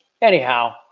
Anyhow